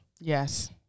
Yes